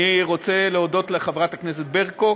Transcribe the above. אני רוצה להודות לחברת הכנסת ברקו